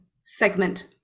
segment